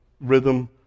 rhythm